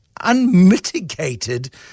unmitigated